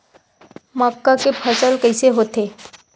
मक्का के फसल कइसे होथे?